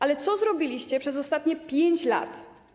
Ale co zrobiliście przez ostatnie 5 lat?